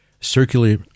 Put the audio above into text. circular